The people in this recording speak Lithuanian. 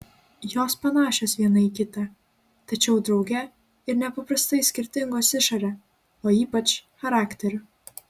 jos panašios viena į kitą tačiau drauge ir nepaprastai skirtingos išore o ypač charakteriu